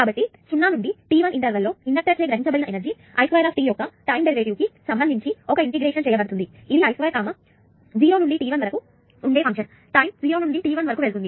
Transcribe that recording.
కాబట్టి 0 నుండి t1 interval లో ఇండక్టర్ చేత గ్రహించబడిన ఎనర్జీ I2 యొక్క టైం డెరివేటివ్ కి సంబంధించి ఒక ఇంటిగ్రేషన్ చేయబడుతుంది ఇది I2 0 నుండి t 1 వరకు ఉండే ఫంక్షన్ టైం 0 నుండి t1 వరకు వెళుతుంది